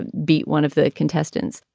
and beat one of the contestants.